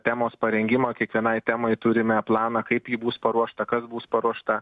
temos parengimą kiekvienai temai turime planą kaip ji bus paruošta kas bus paruošta